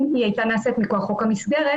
אם היא הייתה נעשית מכוח חוק המסגרת,